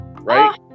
right